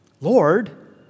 Lord